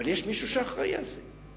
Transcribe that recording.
אבל, יש מישהו שאחראי לזה.